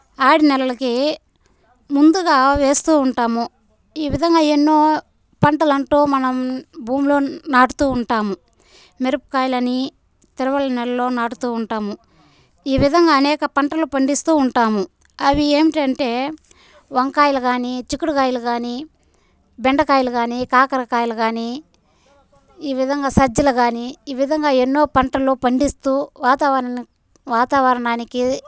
ఆరు నెలలకి ముందుగా వేస్తూ ఉంటాము ఈ విధంగా ఎన్నో పంటలంటూ మనం భూమిలో నాటుతూ ఉంటాము మిరపకాయలని తిరువల నెలలో నాటుతూ ఉంటాము ఈ విధంగా అనేక పంటలు పండిస్తూ ఉంటాము అవి ఏమిటంటే వంకాయలు కాని చిక్కుడుకాయలు కాని బెండకాయలు కాని కాకరకాయలు కాని ఈ విధంగా సజ్జలు గాని ఈ విధంగా ఎన్నో పంటలో పండిస్తూ వాతావరణం వాతావరణానికి